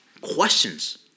questions